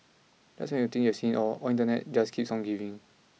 just when you think you've seen it all Internet just keeps on giving